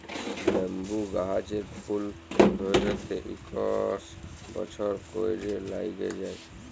bamboo গাহাচের ফুল ধ্যইরতে ইকশ বসর ক্যইরে ল্যাইগে যায়